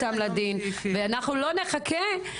כן, מצלמות שצופות על השילוט.